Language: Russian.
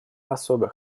особый